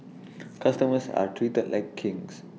customers are treated like kings